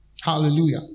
Hallelujah